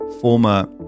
former